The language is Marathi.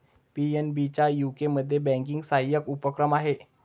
पी.एन.बी चा यूकेमध्ये बँकिंग सहाय्यक उपक्रम आहे